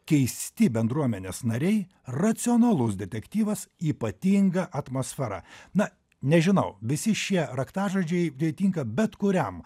keisti bendruomenės nariai racionalus detektyvas ypatinga atmosfera na nežinau visi šie raktažodžiai tinka bet kuriam